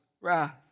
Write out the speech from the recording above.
wrath